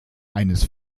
eines